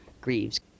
grieves